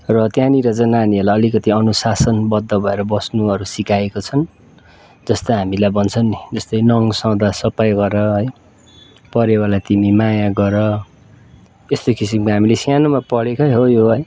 र त्यहाँनिर चाहिँ नानीहरूलाई अलिकति अनुशासनबद्ध भएर बस्नुहरू सिकाएको छन् जस्तो हामीलाई भन्छन् नि जस्तै नङ सदाँ सफाइ गर है परेवालाई तिमी माया गर यस्तो किसिमको हामीले सानोमा पढेकै हो यो है